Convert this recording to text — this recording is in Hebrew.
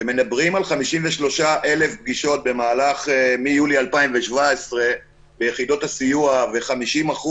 כשמדברים על 53,000 פגישות ביחידות הסיוע מיולי 2017 ו-50%